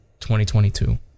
2022